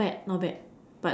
not bad not bad